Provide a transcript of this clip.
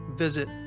Visit